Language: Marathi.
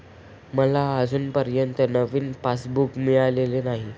मला अजूनपर्यंत नवीन पासबुक मिळालेलं नाही